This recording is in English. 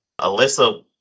Alyssa